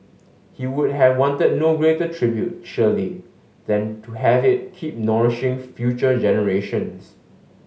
he would have wanted no greater tribute surely than to have it keep nourishing future generations